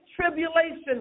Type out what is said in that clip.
tribulation